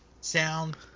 sound